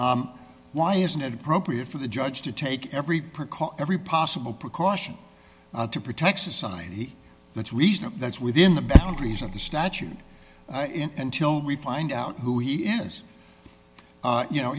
why isn't it appropriate for the judge to take every precaution every possible precaution to protect society that's reasonable that's within the boundaries of the statute until we find out who he is you know